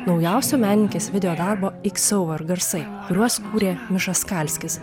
naujausių menininkės videodarbo iksover garsai kuriuos kūrė miša skalskis